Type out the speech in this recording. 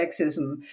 sexism